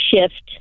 shift